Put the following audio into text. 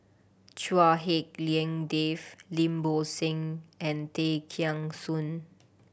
Chua Hak Lien Dave Lim Bo Seng and Tay Kheng Soon